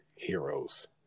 heroes